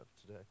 today